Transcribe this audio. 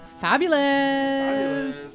Fabulous